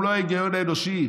הוא לא ההיגיון האנושי.